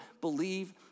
believe